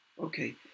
okay